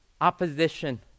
Opposition